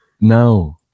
No